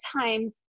times